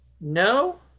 no